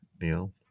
Neil